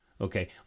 Okay